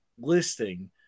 listing